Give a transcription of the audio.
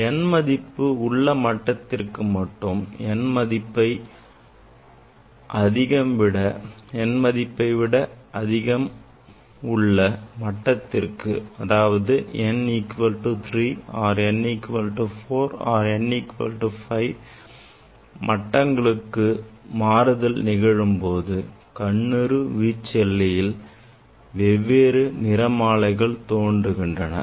n மதிப்பு 2 உள்ள மட்டத்திற்கும் n மதிப்பு அதைவிட அதிகம் உள்ள மட்டத்திற்கு அதாவது n equal to 3 n equal to 4 n equal to 5 மடங்களுக்குள் மாறுதல்கள் நிகழும்போது கண்ணுறு வீச்செல்லையில் வெவ்வேறு நிறமாலைகள் தோன்றுகின்றன